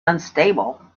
unstable